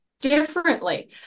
differently